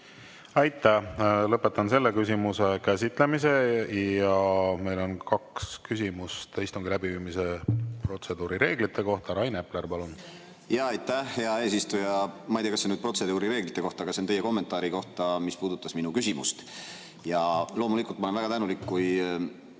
Aitäh! Lõpetan selle küsimuse käsitlemise. Meil on kaks küsimust istungi läbiviimise protseduuri reeglite kohta. Rain Epler, palun! Aitäh, hea eesistuja! Ma ei tea, kas see on nüüd protseduurireeglite kohta, aga see on teie kommentaari kohta, mis puudutas minu küsimust. Loomulikult, ma olen väga tänulik, kui